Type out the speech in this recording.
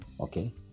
okay